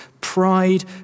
Pride